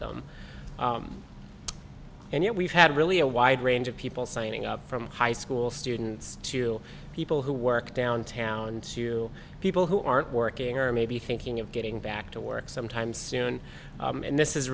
them and yet we've had really a wide range of people signing up from high school students to people who work downtown to people who aren't working or maybe thinking of getting back to work sometime soon and this is